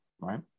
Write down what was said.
right